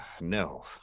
No